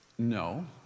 No